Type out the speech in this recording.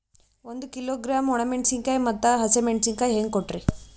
ಒಂದ ಕಿಲೋಗ್ರಾಂ, ಒಣ ಮೇಣಶೀಕಾಯಿ ಮತ್ತ ಹಸಿ ಮೇಣಶೀಕಾಯಿ ಹೆಂಗ ಕೊಟ್ರಿ?